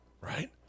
Right